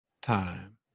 time